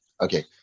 Okay